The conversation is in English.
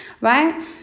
right